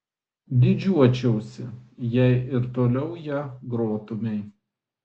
didžiuočiausi jei ir toliau ja grotumei